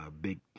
big